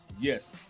Yes